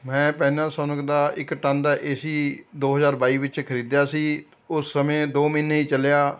ਮੈਂ ਪੈਨਾਸੋਨਿਕ ਦਾ ਇੱਕ ਟਨ ਦਾ ਏ ਸੀ ਦੋ ਹਜ਼ਾਰ ਬਾਈ ਵਿੱਚ ਖਰੀਦਿਆ ਸੀ ਉਸ ਸਮੇਂ ਦੋ ਮਹੀਨੇ ਹੀ ਚੱਲਿਆ